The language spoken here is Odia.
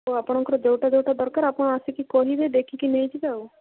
ହଉ ଆପଣଙ୍କର ଯେଉଁଟା ଯେଉଁଟା ଦରକାର ଆପଣ ଆସିକି କହିବେ ଦେଖିକି ନେଇଯିବେ ଆଉ